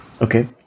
Okay